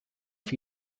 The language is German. für